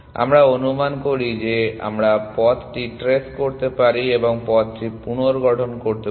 আমরা অনুমান করি যে আমরা পথটি ট্রেস করতে পারি এবং পথটি পুনর্গঠন করতে পারি